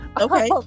Okay